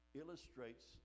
illustrates